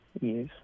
yes